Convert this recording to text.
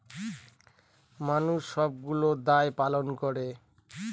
মানুষ সবগুলো দায় পালন করে